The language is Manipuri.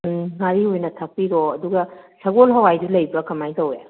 ꯎꯝ ꯉꯥꯔꯤ ꯑꯣꯏꯅ ꯊꯥꯛꯄꯤꯔꯣ ꯑꯗꯨꯒ ꯁꯒꯣꯜ ꯍꯋꯥꯏꯗꯨ ꯂꯩꯕ꯭ꯔꯥ ꯀꯃꯥꯏꯅ ꯇꯧꯋꯤ